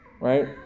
right